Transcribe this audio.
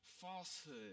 falsehood